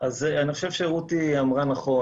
אני חושב שרותי אמרה נכון.